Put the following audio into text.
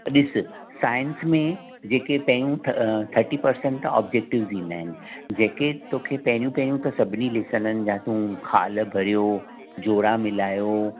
ॾिस साइंस में जेके टेंथ थर्टी पर्संट त ऑब्जेक्टिव थींदा आहिनि जेके तोखे पहिरियों पहिरियों त सभिनी लेसननि जा तूं ख़ाल भरियो जोड़ा मिलायो